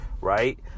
right